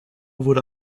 wurde